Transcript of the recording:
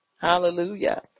Hallelujah